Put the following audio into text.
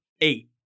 eight